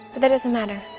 that doesn't matter.